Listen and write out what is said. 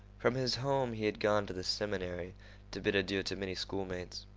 from his home he had gone to the seminary to bid adieu to many schoolmates.